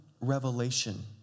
revelation